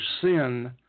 sin